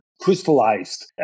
crystallized